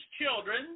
children